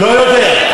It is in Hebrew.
לא יודע,